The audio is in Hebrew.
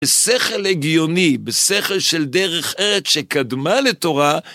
בשכל הגיוני, בשכל של דרך ארץ שקדמה לתורה